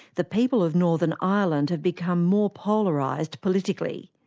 the people of northern ireland have become more polarised politically.